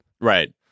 Right